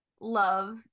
love